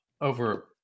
over